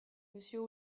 monsieur